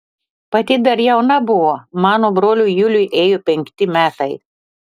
pati dar jauna buvo mano broliui juliui ėjo penkti metai